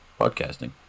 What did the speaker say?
podcasting